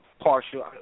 partial